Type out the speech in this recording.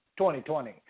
2020